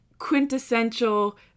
quintessential